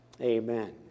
Amen